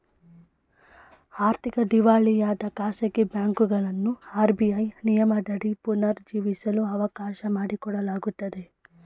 ಆರ್ಥಿಕ ದಿವಾಳಿಯಾದ ಖಾಸಗಿ ಬ್ಯಾಂಕುಗಳನ್ನು ಆರ್.ಬಿ.ಐ ನಿಯಮದಡಿ ಪುನರ್ ಜೀವಿಸಲು ಅವಕಾಶ ಮಾಡಿಕೊಡಲಾಗುತ್ತದೆ